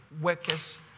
workers